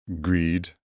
greed